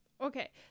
Okay